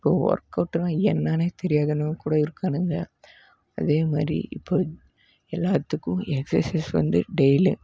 இப்போது ஒர்க்கவுட்டுனால் என்னென்னே தெரியாதவனுங்க கூட இருக்கானுங்க அதேமாதிரி இப்போது எல்லாத்துக்கும் எக்ஸசைஸ் வந்து டெய்லியும்